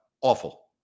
Awful